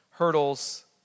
hurdles